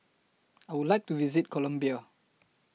I Would like to visit Colombia